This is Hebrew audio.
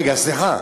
רגע, סליחה,